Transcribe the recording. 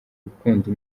gukunda